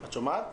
את שומעת?